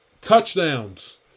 touchdowns